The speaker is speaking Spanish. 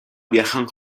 viajan